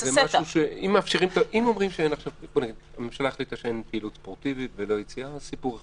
אם הממשלה החליטה שאין פעילות ספורטיבית ואין יציאה זה סיפור אחד.